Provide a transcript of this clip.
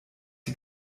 die